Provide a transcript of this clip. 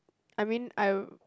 I mean I will